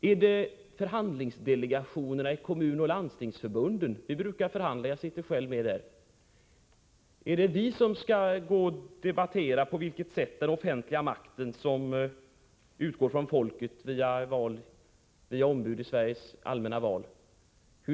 Är det förhandlingsdelegationerna i Kommunoch Landstingsförbunden? Jag sitter själv med där, och vi brukar förhandla, men är det vi som skall debattera på vilket sätt den offentliga makten skall inskränkas, den makt som utgår från folket och utövas via ombud, utsedda i allmänna val?